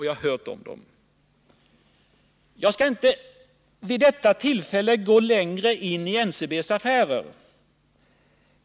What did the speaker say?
Jag skall vid detta tillfälle inte gå in djupare på NCB:s affärer.